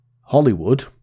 Hollywood